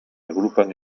agrupan